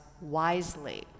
wisely